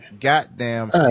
goddamn